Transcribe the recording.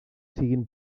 siguin